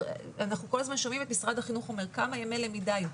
אנחנו כל הזמן שומעים את משרד החינוך אומר כמה ימי למידה היו.